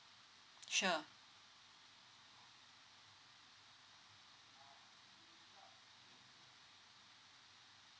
sure